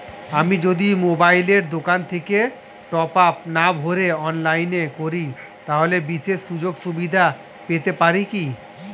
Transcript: আমি যদি মোবাইলের দোকান থেকে টপআপ না ভরে অনলাইনে করি তাহলে বিশেষ সুযোগসুবিধা পেতে পারি কি?